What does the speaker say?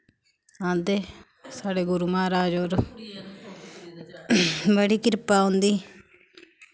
औंदे साढ़े गुरु म्हाराज होर बड़ी किरपा उं'दी